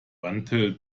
until